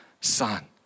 son